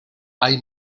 hay